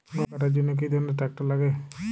গম কাটার জন্য কি ধরনের ট্রাক্টার লাগে?